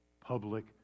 public